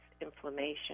inflammation